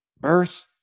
birth